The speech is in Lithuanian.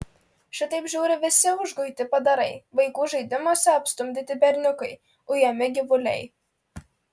šitaip žiūri visi užguiti padarai vaikų žaidimuose apstumdyti berniukai ujami gyvuliai